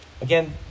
Again